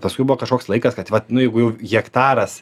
paskui buvo kažkoks laikas kad vat nu jeigu jau hektaras